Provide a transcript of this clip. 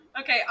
okay